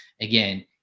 again